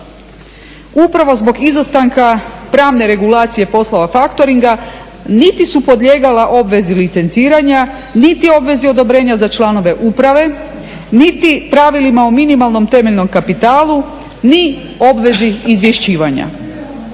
upravo zbog izostanka pravne regulacije poslova faktoringa niti su podlijegala obvezi licenciranja, niti obvezi odobrenja za članove uprave, niti pravilima o minimalnom temeljnom kapitalu ni obvezi izvješćivanja.